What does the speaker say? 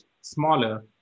smaller